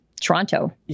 Toronto